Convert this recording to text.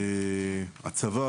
הצבא,